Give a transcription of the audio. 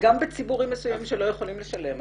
וגם בציבורים מסוימים שלא יכולים לשלם.